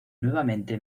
nuevamente